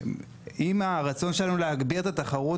ועם הרצון שלנו להגביר את התחרות,